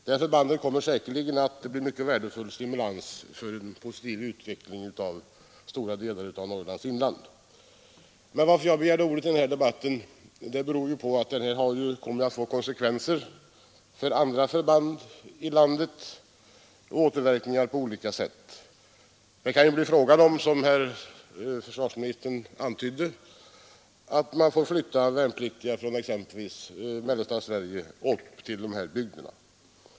Detta förband kommer säkerligen att bli en mycket värdefull stimulans för en positiv utveckling i stora delar av övre Norrlands inland. Jag begärde emellertid närmast ordet för att säga att denna lokalisering kommer att få konsekvenser och återverkningar på olika sätt för andra förband i landet. Det kan, som försvarsministern antydde, bli fråga om att exempelvis flytta värnpliktiga från mellersta Sverige upp till dessa bygder.